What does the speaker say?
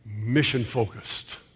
mission-focused